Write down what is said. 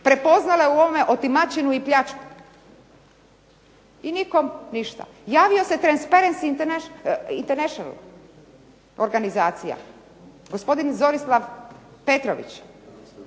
Prepoznala je u ovome otimačinu i pljačku i nikom ništa. Javio se Transparency International organizacija, gospodin Zorislav Petrović